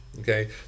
Okay